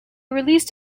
released